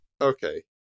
Okay